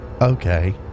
Okay